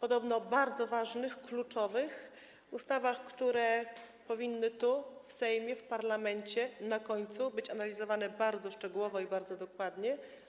podobno bardzo ważnych, kluczowych, ustaw, które powinny tu, w Sejmie, w parlamencie być analizowane bardzo szczegółowo i bardzo dokładnie.